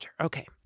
Okay